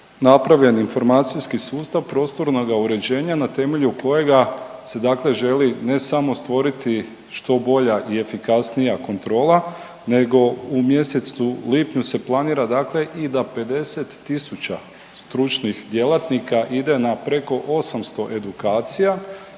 napravljen informacijski sustav prostornoga uređenja na temelju kojega se dakle želi ne samo stvoriti što bolja i efikasnija kontrola, nego u mjesecu lipnju se planira dakle i da 50 tisuća stručnih djelatnika ide na preko 800 edukacija